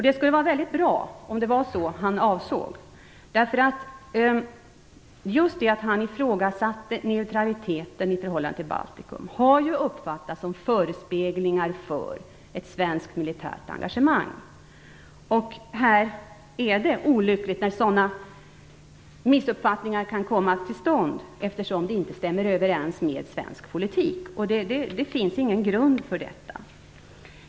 Det skulle vara väldigt bra om det var det han avsåg. Just det att han ifrågasatte neutraliteten i förhållande till Baltikum har uppfattats som förespeglingar för ett svenskt militärt engagemang. Det är olyckligt att sådana missuppfattningar kan komma till stånd, eftersom det inte stämmer överens med svensk politik. Det finns ingen grund för detta.